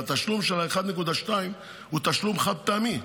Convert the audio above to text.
והתשלום של 1.2 הוא תשלום חד-פעמי,